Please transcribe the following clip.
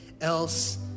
else